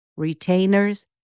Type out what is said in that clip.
retainers